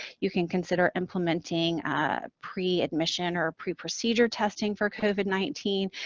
you can consider implementing pre-admission or pre-procedure testing for covid nineteen,